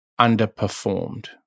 underperformed